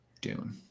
Dune